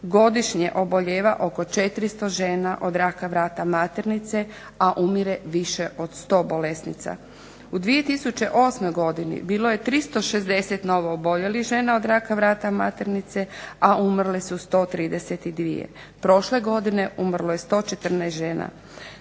godišnje obolijeva oko 400 žena od raka vrata maternice, a umire više od 100 bolesnica. U 2008. godini bilo je 360 novooboljelih žena od raka vrata maternice, a umrle su 132. Prošle godine umrlo je 114 žena.